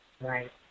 Right